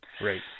Right